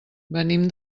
venim